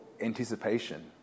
anticipation